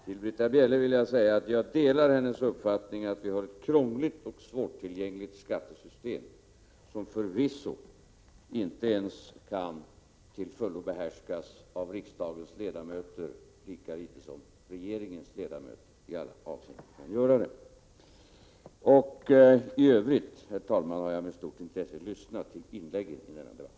Till Britta Bjelle vill jag säga att jag delar hennes uppfattning att vi har ett krångligt och svårtillgängligt skattesystem, som förvisso inte ens till fullo behärskas av riksdagens ledamöter — lika litet som regeringens ledamöter i alla avseenden behärskar det. I övrigt, herr talman, har jag med stort intresse lyssnat till inläggen i denna debatt.